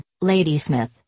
Ladysmith